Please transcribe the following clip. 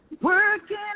working